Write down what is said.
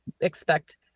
expect